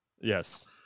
Yes